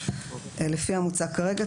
לפי המוצע כרגע,